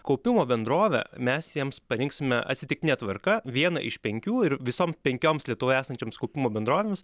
kaupimo bendrovę mes jiems parinksime atsitiktine tvarka vieną iš penkių ir visom penkioms lietuvoje esančioms kaupimo bendrovėms